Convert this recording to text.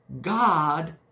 god